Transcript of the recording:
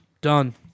Done